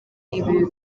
ibi